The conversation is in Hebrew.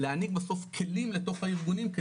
להעניק כלים לתוך הארגונים,